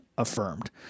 affirmed